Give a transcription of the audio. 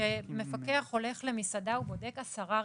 מפקח הולך למסעדה, הוא בודק 10 רכיבים.